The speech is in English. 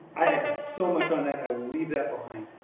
i have so much on that. i will leave that behind.